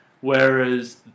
whereas